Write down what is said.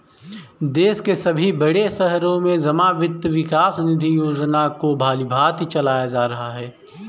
देश के सभी बड़े शहरों में जमा वित्त विकास निधि योजना को भलीभांति चलाया जा रहा है